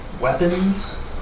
Weapons